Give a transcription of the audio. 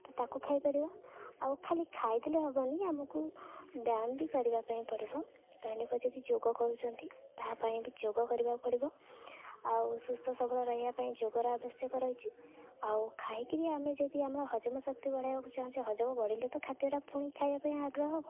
ତ ତାକୁ ଖାଇପାରିବା ଆଉ ଖାଲି ଖାଇଦେଲେ ହବନି ଆମକୁ ବ୍ୟାୟାମ ବି କରିବା ପାଇଁ ପଡ଼ିବ ଦୈନିକ ଯଦି ଯୋଗ କରୁଛନ୍ତି ତାହା ପାଇଁ ବି ଯୋଗ କରିବାକୁ ପଡ଼ିବ ଆଉ ସୁସ୍ଥ ସବଳ ରହିବା ପାଇଁ ଯୋଗର ଆବଶ୍ୟକ ରହିଛି ଆଉ ଖାଇକିରି ଆମେ ଯଦି ଆମର ହଜମ ଶକ୍ତି ବଢ଼ାଇବାକୁ ଚାହୁଁଛେ ହଜମ ବଢ଼ିଲେ ତ ଖାଦ୍ୟଟା ପୁଣି ଖାଇବା ପାଇଁ ଆଗ୍ରହ ହବ